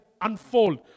unfold